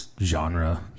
genre